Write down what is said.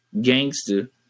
gangster